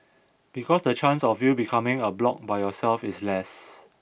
because the chance of you becoming a bloc by yourself is less